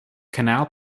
canal